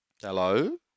Hello